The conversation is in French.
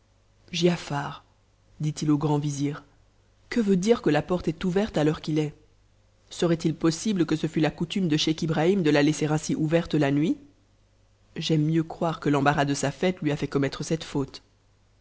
giatar dit-il au grand que veut dire que la porte est ouverte à l'heure qu'il est serait-il osstbte que ce fût la coutume de scheich ibrahim de la laisser ainsi erlehnuit j'aime mieux croire que l'embarras de sa fête lui a fait em e cette faute